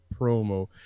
promo